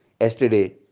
Yesterday